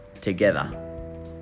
together